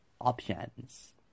options